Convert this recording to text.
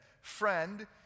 friend